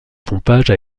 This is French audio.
pompage